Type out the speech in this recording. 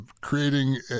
creating